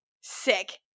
Sick